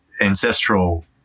ancestral